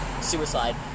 suicide